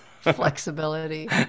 flexibility